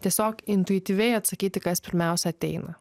tiesiog intuityviai atsakyti kas pirmiausia ateina